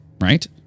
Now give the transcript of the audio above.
Right